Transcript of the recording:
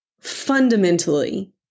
fundamentally